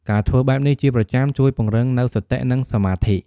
ការធ្វើបែបនេះជាប្រចាំ ជួយពង្រឹងនូវសតិ និងសមាធិ។